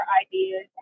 ideas